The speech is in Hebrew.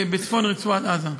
בצפון רצועת עזה.